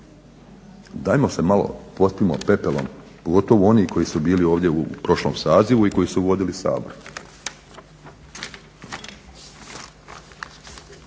Dajmo se malo pospimo pepelom, pogotovo oni koji su bili ovdje u prošlom sazivu i koji su vodili Sabor.